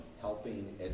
helping